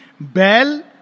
bell